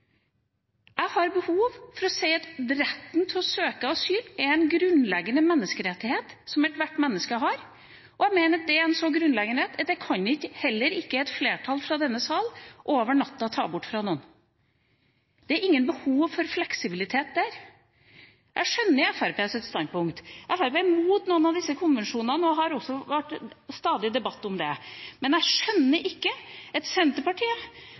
Jeg har behov for å si at retten til å søke asyl er en grunnleggende menneskerettighet som ethvert menneske har, og jeg mener at det er en så grunnleggende rett at det kan vi ikke, heller ikke et flertall i denne sal, ta fra noen over natta. Det er ingen behov for fleksibilitet der. Jeg skjønner Fremskrittspartiets standpunkt. Fremskrittspartiet er imot noen av disse konvensjonene og har stadig debatter om det, men jeg skjønner ikke at Senterpartiet